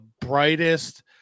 brightest